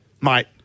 Mate